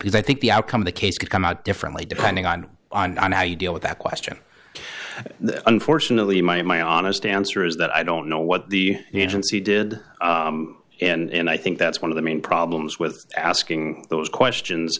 because i think the outcome of the case could come out differently depending on how you deal with that question unfortunately my in my honest answer is that i don't know what the agency did and i think that's one of the main problems with asking those questions